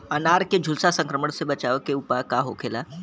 अनार के झुलसा संक्रमण से बचावे के उपाय का होखेला?